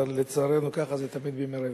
אבל לצערנו, ככה זה תמיד בימי רביעי.